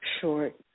short